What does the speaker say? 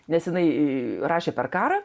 nes jinai rašė per karą